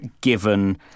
given